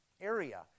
area